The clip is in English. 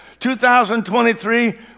2023